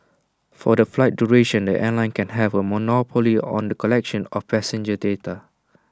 for the flight duration the airline can have A monopoly on the collection of passenger data